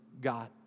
God